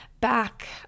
back